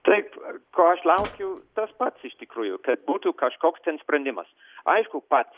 taip ko aš laukiu tas pats iš tikrųjų kad būtų kažkoks ten sprendimas aišku pats